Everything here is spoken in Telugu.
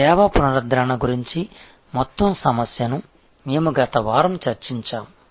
సేవ పునరుద్ధరణ గురించి మొత్తం సమస్యను మేము గత వారం చర్చించాము